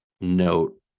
note